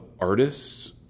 artists